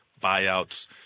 buyouts